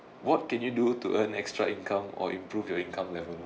what can you do to earn extra income or improve your income level